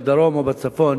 בצפון